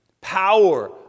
Power